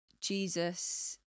Jesus